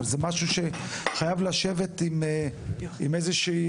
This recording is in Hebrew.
אבל זה משהו שחייב לשבת עם איזה שהיא